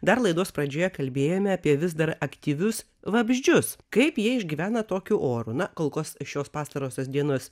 dar laidos pradžioje kalbėjome apie vis dar aktyvius vabzdžius kaip jie išgyvena tokiu oru na kol kas šios pastarosios dienos